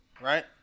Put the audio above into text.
right